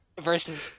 Versus